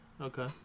okay